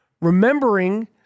remembering